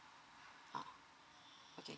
ah okay